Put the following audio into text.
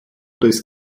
des